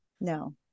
No